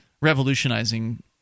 revolutionizing